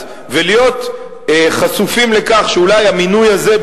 ולהיות חשופים לכך שאולי המינוי הזה,